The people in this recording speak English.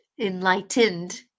Enlightened